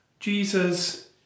Jesus